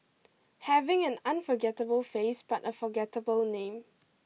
having an unforgettable face but a forgettable name